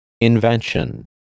Invention